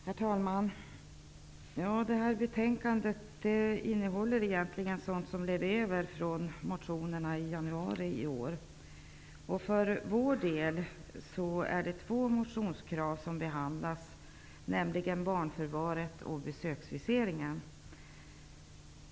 Herr talman! Detta betänkande innehåller egentligen sådant som blev över från motionsbehandlingen i januari i år. För vår del behandlas två motionskrav, nämligen barnförvaret och besöksviseringen.